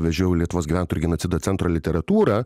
vežiau lietuvos gyventojų ir genocido centro literatūrą